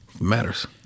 Matters